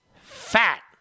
fat